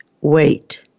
wait